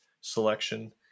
selection